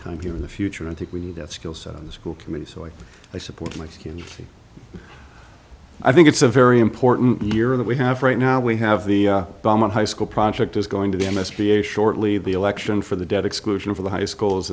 time here in the future i think we need that skill set in the school committee so i support my skin's i think it's a very important year that we have right now we have the bomb on high school project is going to miscreate shortly the election for the debt exclusion for the high schools